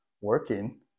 working